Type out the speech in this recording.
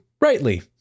rightly